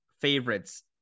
favorites